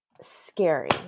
scary